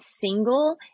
single